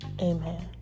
Amen